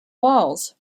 walls